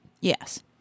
Yes